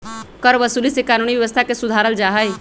करवसूली से कानूनी व्यवस्था के सुधारल जाहई